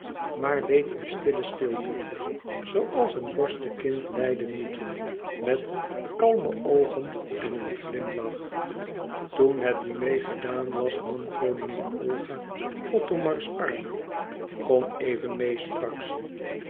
maar leed in stille stilte zooals een vorstenkind lijden moet met kalme oogen en een glimlach toen het diner gedaan was nam koningin olga othomars arm kom even meê sprak ze